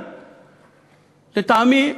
לטעמי,